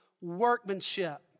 workmanship